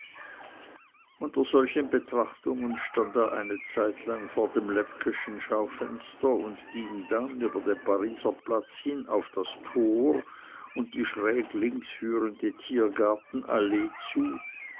unter solchen betrachtungen stand er eine zeitlang vor dem lepkeschen schaufenster und ging dann über den pariser platz hin auf das tor und die schräg links führende tiergartenallee zu